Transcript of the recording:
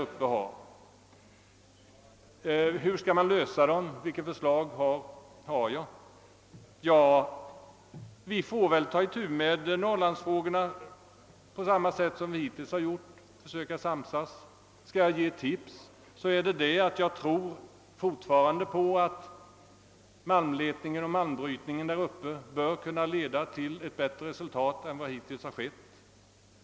Hur skall dessa problem lösas? Vilka förslag har jag? Vi får väl ta itu med norrlandsirågorna på samma sätt som vi hittills gjort, nämligen försöka samsas. Jag tror fortfarande att malmletningen och malmbrytningen bör kunna leda till ett bättre resultat än hittills.